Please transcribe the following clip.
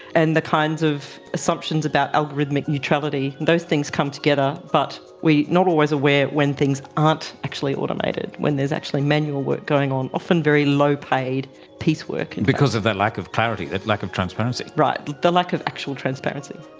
and the kinds of assumptions about algorithmic neutrality, and those things come together, but we are not always aware of when things aren't actually automated, when there's actually manual work going on, often very low paid piecework. and because of that lack of clarity, that lack of transparency. right, the lack of actual transparency.